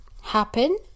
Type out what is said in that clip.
happen